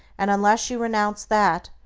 and unless you renounce that,